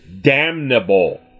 damnable